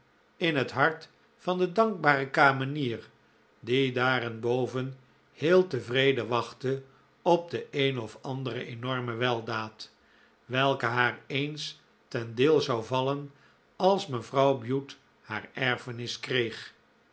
in het hart van de dankbare kamenier die daarenboven heel tevreden wachtte op de een of andere enorme weldaad welke haar eens ten deel zou vallen als mevrouw bute haar erfenis kreeg